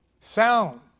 Sound